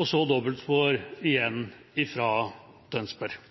og så dobbeltspor igjen fra Tønsberg.